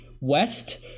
West